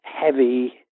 heavy